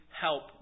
help